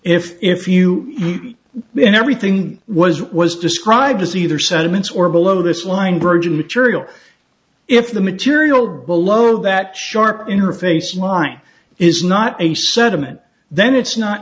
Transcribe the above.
if if you and everything was what was described as either settlements or below this line burgeoning if the material below that sharp interface line is not a settlement then it's not